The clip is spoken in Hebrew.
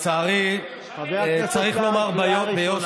במריצות הוא, לצערי, צריך לומר ביושר